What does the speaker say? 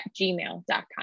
gmail.com